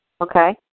Okay